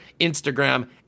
Instagram